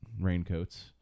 raincoats